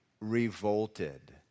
revolted